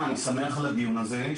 אני שמח על הדיון הזה.